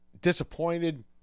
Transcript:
Disappointed